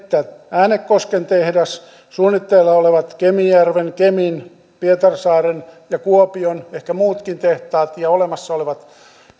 äänekosken tehdas suunnitteilla olevat kemijärven kemin pietarsaaren ja kuopion ehkä muutkin tehtaat ja olemassa olevat